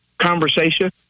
conversation